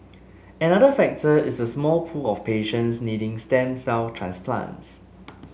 another factor is the small pool of patients needing stem cell transplants